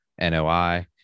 NOI